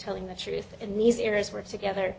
telling the truth in these areas were together